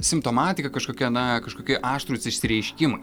simptomatika kažkokia na kažkokie aštrūs išsireiškimai